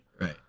right